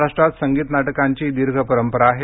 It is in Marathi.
महाराष्ट्रात संगीत नाटकांची दीर्घ परंपरा आहे